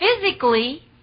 physically